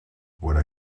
voilà